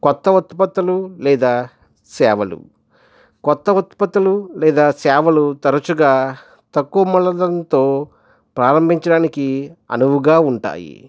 కొత్త ఉత్పత్తులు లేదా సేవలు కొత్త ఉత్పత్తులు లేదా సేవలు తరచుగా తక్కవ మూల ధనంతో ప్రారంభించడానికి అనువుగా ఉంటాయి